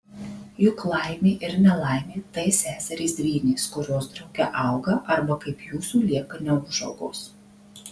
juk laimė ir nelaimė tai seserys dvynės kurios drauge auga arba kaip jūsų lieka neūžaugos